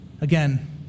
Again